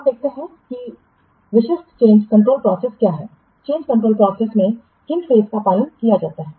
अब देखते हैं कि विशिष्ट चेंज कंट्रोल प्रोसेसक्या है चेंजकंट्रोल प्रोसेसमें किन फेस का पालन किया जाता है